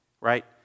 right